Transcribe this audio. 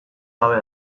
gabe